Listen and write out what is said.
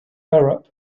arab